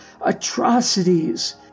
atrocities